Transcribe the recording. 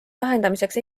lahendamiseks